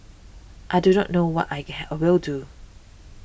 I do not know what I can I will do